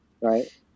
Right